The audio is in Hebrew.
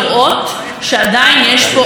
לא בכדי אנחנו קוראים לזה רצח נשים: